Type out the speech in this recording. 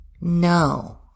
No